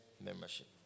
membership